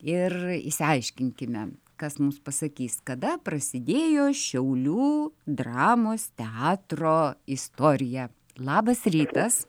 ir išsiaiškinkime kas mums pasakys kada prasidėjo šiaulių dramos teatro istorija labas rytas